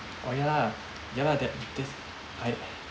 oh ya lah ya lah that that's I